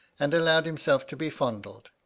and allowed himself to be fondled.